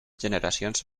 generacions